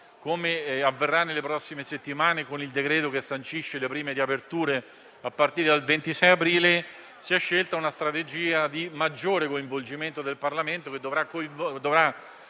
come avverrà nelle prossime settimane con il provvedimento che sancisce le prime riaperture a partire dal 26 aprile, si è scelta una strategia di maggiore coinvolgimento del Parlamento, che dovrà convertire